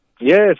Yes